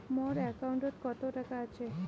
মোর একাউন্টত কত টাকা আছে?